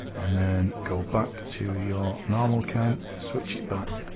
and then go back to your normal account switch it back